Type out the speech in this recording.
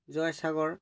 Joysagar